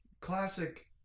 classic